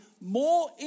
more